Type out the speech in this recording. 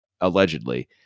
Allegedly